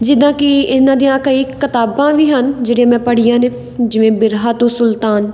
ਜਿੱਦਾਂ ਕਿ ਇਹਨਾਂ ਦੀਆਂ ਕਈ ਕਿਤਾਬਾਂ ਵੀ ਹਨ ਜਿਹੜੀਆਂ ਮੈਂ ਪੜ੍ਹੀਆਂ ਨੇ ਜਿਵੇਂ ਬਿਰਹਾ ਤੂੰ ਸੁਲਤਾਨ